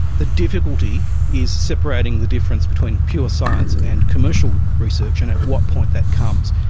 the difficulty is separating the difference between pure science and commercial research and at what point that comes.